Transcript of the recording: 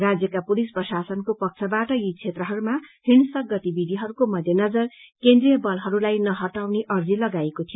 राज्यका पुलिस प्रशासनको पक्षबाट यी क्षेत्रहरूमा हिंसक गतिविधिहरूको मध्येनजर केन्द्रीय बलहरूलाई नहटाउने ऊर्जी लगाइएको थियो